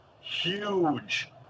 huge